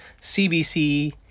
CBC